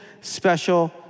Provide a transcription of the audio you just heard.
special